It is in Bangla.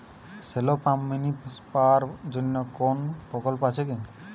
শ্যালো পাম্প মিনি পাওয়ার জন্য কোনো প্রকল্প আছে কি?